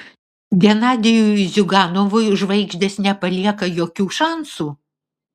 genadijui ziuganovui žvaigždės nepalieka jokių šansų